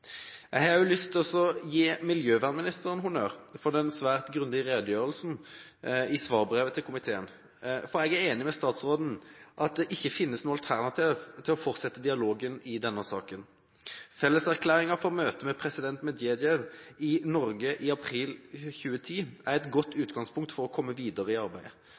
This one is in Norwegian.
Jeg har også lyst til å gi miljøvernministeren honnør for den svært grundige redegjørelsen i svarbrevet til komiteen. Jeg er enig med statsråden i at det ikke finnes noe alternativ til å fortsette dialogen i denne saken. Felleserklæringen fra møtet med president Medvedev i Norge i april 2010 er et godt utgangspunkt for å komme videre i arbeidet.